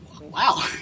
Wow